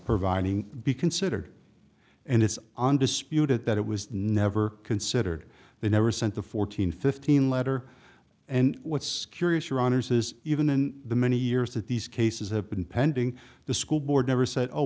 providing be considered and it's undisputed that it was never considered they never sent the fourteen fifteen letter and what's curious your honour's is even in the many years that these cases have been pending the school board never said oh